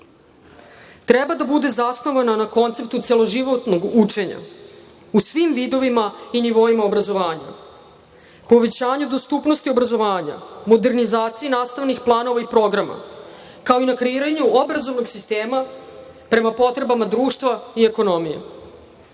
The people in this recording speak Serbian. treba da bude zasnovana na konceptu celožitovnog učenja, u svim vidovima i nivoima obrazovanja, povećanja dostupnosti obrazovanja, modernizaciji nastavnih planova i programa, kao i na kreiranju obrazovnog sistema prema potrebama društva i ekonomije.